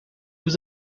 was